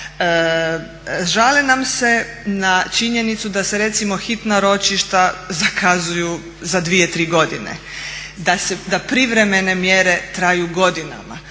Žale nam se na činjenicu da se recimo hitna ročišta zakazuju za 2, 3 godine. Da privremene mjere traju godinama.